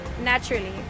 naturally